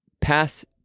pass